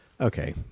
Okay